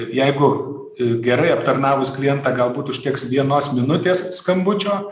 jeigu gerai aptarnavus klientą galbūt užteks vienos minutės skambučio